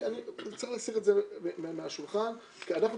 אני רוצה להסיר את זה מהשולחן כי המטרה